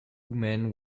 men